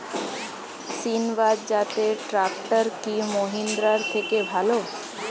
সিণবাদ জাতের ট্রাকটার কি মহিন্দ্রার থেকে ভালো?